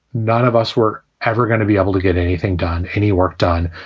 none of us were ever gonna be able to get anything done, any work done,